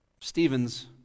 Stephen's